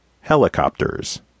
Helicopters